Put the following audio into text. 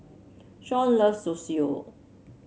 Shaun loves Zosui